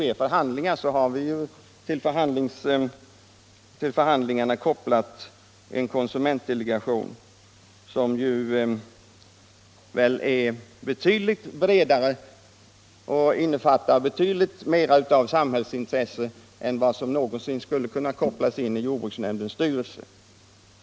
För det andra är till jordbruksförhandlingarna knuten en konsumentdelegation, som är betydligt bredare sammansatt och som representerar betydligt mera av samhällsintressen än vad som någonsin skulle kunna kopplas in i jordbruksnämndens styrelse.